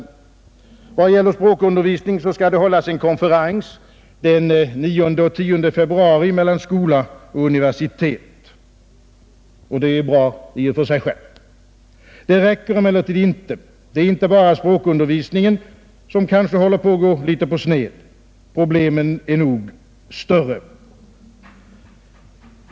En konferens beträffande språkundervisning skall hållas den 9 och 10 februari mellan skola och universitet, vilket är bra i och för sig. Det räcker emellertid inte. Det är inte bara språkundervisningen som kanske håller på att gå litet på sned. Problemen är nog större.